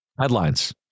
headlines